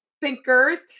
thinkers